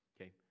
Okay